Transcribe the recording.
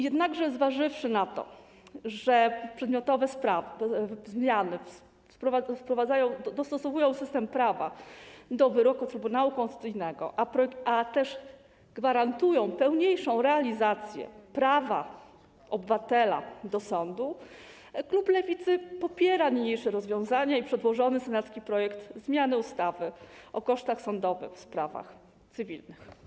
Jednakże zważywszy na to, że przedmiotowe zmiany dostosowują system prawa do wyroku Trybunału Konstytucyjnego, ale też gwarantują pełniejszą realizację prawa obywatela do sądu, klub Lewicy popiera niniejsze rozwiązania i przedłożony senacki projekt zmiany ustawy o kosztach sądowych w sprawach cywilnych.